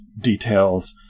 details